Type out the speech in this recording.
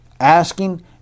asking